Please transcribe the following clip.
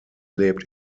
lebt